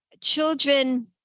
children